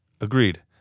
agreed